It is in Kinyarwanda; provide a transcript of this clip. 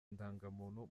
indangamuntu